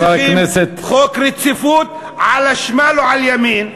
חבר הכנסת אנחנו לא צריכים חוק רציפות עלא השׁמַאל וּעַלא ימין,